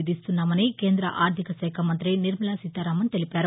విధిస్తున్నామని కేంద్ర ఆర్దిక శాఖా మంతి నిర్మలా నీతారామన్ తెలిపారు